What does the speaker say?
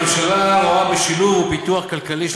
הממשלה רואה בשילוב ופיתוח כלכלי של